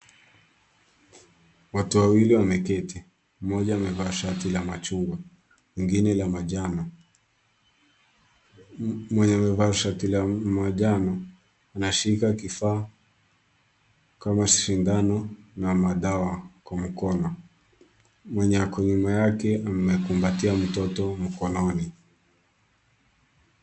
Watu wawili wameketi. Mmoja amevaa shati la machungwa, mwingine la manjano. Mwenye amevaa shati la manjano, anashika kifaa kama sindano na madawa kwa mkono. Mwenye ako nyuma yake amekumbatia mtoto mkononi.